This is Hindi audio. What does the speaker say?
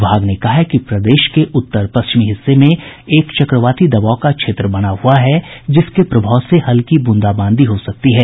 विभाग ने कहा है कि प्रदेश के उत्तर पश्चिमी हिस्से में एक चक्रवाती दबाव का क्षेत्र बना हुआ है जिसके प्रभाव से हल्की ब्रंदाबांदी हो सकती है